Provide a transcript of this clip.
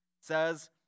says